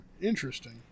Interesting